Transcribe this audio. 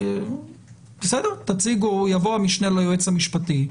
יבוא המשנה ליועץ המשפטי,